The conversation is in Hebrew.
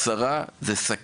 זו צרה וסכנה,